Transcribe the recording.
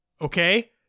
Okay